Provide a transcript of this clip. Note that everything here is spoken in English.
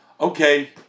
okay